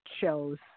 shows